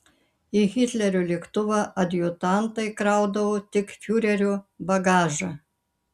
į hitlerio lėktuvą adjutantai kraudavo tik fiurerio bagažą